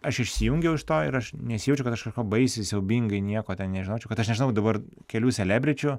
aš išsijungiau iš to ir aš nesijaučiu kad aš kažko baisiai siaubingai nieko ten nežinočiau kad aš nežinau dabar kelių selebričių